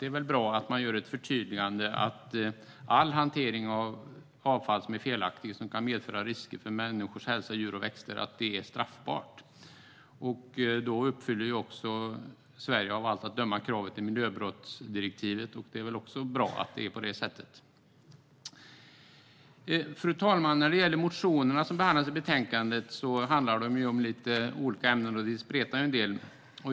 Det är bra att man gör förtydligandet att all hantering som är felaktig och som kan medföra risker för människors hälsa, djur och växter är straffbar. Då uppfyller Sverige även av allt att döma kravet i miljöbrottsdirektivet, och det är också bra. Fru talman! När det gäller motionerna som behandlas i betänkandet handlar de om lite olika ämnen. Det spretar en del.